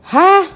!huh!